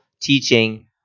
teaching